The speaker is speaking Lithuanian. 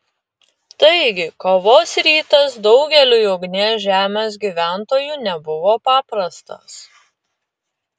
taigi kovos rytas daugeliui ugnies žemės gyventojų nebuvo paprastas